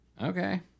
Okay